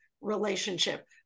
relationship